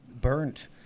burnt